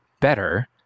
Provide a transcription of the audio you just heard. better